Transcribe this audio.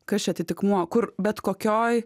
kas čia atitikmuo kur bet kokioj